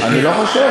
אני לא חושב.